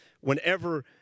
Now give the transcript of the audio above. whenever